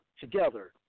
together